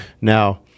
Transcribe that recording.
Now